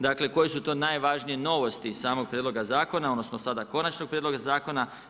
Dakle, koje su to najvažnije novosti samog prijedloga zakona, odnosno sada konačnog prijedloga zakona.